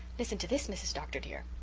listen to this, mrs. dr. dear.